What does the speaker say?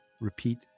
repeat